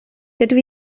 dydw